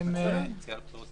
והסעיפים האלה ירדו.